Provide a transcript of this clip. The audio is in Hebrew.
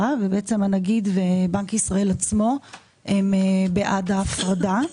ובעצם הנגיד ובנק ישראל עצמו בעד ההפרדה.